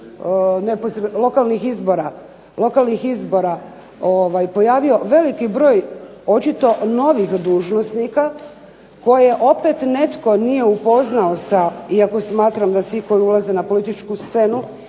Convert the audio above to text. lokalnih izbora pojavio veliki broj očito novih dužnosnika koje opet netko nije upoznao sa, iako smatram da svi koji ulaze na političku scenu